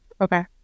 Okay